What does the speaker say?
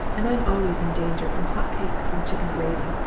and i'm always in danger from hot cakes and chicken gravy.